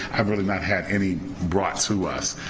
i've really not had any brought to us.